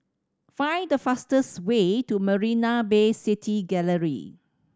find the fastest way to Marina Bay City Gallery